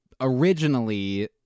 originally